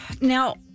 Now